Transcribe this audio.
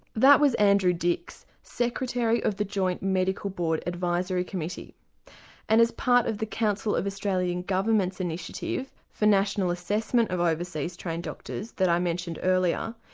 that was andrew dix, secretary of the joint medical board advisory committee and as part of the council of australian government's initiative for national assessment of overseas trained doctors that i mentioned earlier,